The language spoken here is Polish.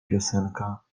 piosenka